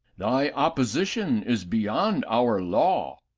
thy opposition is beyond our law.